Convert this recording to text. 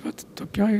vat tokioj